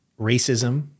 racism